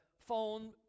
phone